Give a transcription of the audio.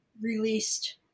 released